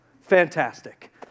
Fantastic